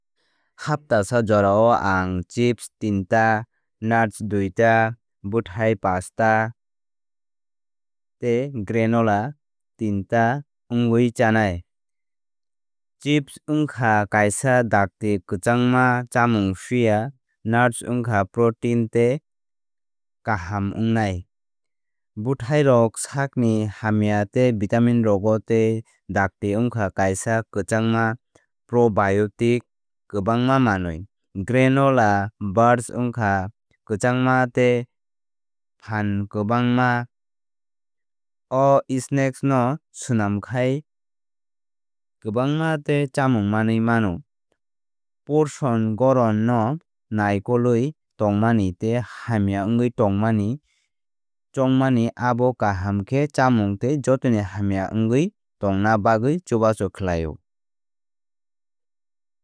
Haptasa jorao ang chips teenta nuts duita bwthai paanchta tei granola teenta wngwui chanai. Chips wngkha kaisa dakti kwchangma chamung phiya nuts wngkha protein tei kaham wngnai. Bwthairok sakni hamya tei vitamin rwgo tei dakti wngkha kaisa kwchangma probiotic kwbangma manwi. Granola bars wngkha kwchangma tei phankwbangma. O snacks no soman khai khe kwbangma tei chamung manwi mano. Portion goron no naikolwi tongmani tei hamya wngwi tongmani chongmani abo kaham khe chámung tei jotono hamya wngwi tongna bagwi chubachu khlaio.